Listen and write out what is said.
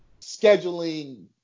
scheduling